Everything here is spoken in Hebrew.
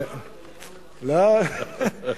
התבלבלת בין היום למחר.